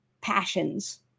passions